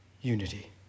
unity